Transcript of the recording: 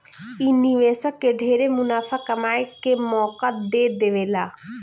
इ निवेशक के ढेरे मुनाफा कमाए के मौका दे देवेला